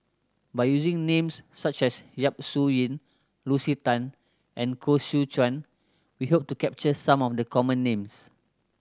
by using names such as Yap Su Yin Lucy Tan and Koh Seow Chuan we hope to capture some of the common names